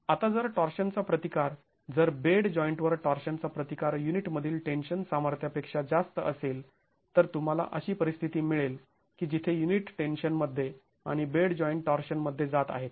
आता जर टॉर्शनचा प्रतिकार जर बेड जॉईंटवर टॉर्शनचा प्रतिकार युनिटमधील टेन्शन सामर्थ्यापेक्षा जास्त असेल तर तुम्हाला अशी परिस्थिती मिळेल की जिथे युनिट टेन्शनमध्ये आणि बेड जॉइंट टॉर्शन मध्ये जात आहेत